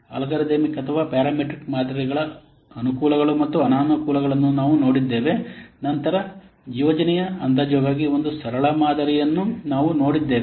algorithmic ಅಥವಾ parametric ಮಾದರಿಗಳ ಅನುಕೂಲಗಳು ಮತ್ತು ಅನಾನುಕೂಲಗಳನ್ನು ನಾವು ನೋಡಿದ್ದೇವೆ ನಂತರ ಯೋಜನೆಯ ಅಂದಾಜುಗಾಗಿ ಒಂದು ಸರಳ ಮಾದರಿಯನ್ನು ನಾವು ನೋಡಿದ್ದೇವೆ